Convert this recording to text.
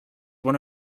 one